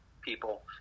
people